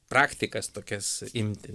praktikas tokias imti